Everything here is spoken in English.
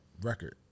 record